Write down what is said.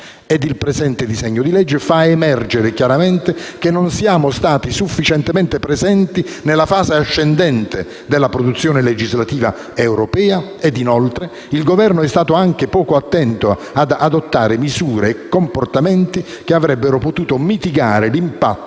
Il presente disegno di legge fa emergere chiaramente che non siamo stati sufficientemente presenti nella fase ascendente della produzione legislativa europea. Inoltre, il Governo è stato anche poco attento ad adottare misure e comportamenti che avrebbero potuto mitigare l'impatto